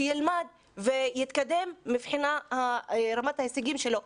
שילמד ויתקדם מבחינת רמת ההישגים שלו,